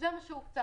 זה מה שהוקצה.